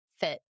fit